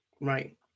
Right